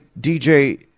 DJ